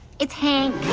it's hank.